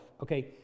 okay